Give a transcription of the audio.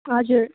हजुर